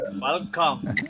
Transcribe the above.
Welcome